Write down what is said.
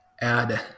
add